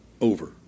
over